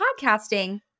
podcasting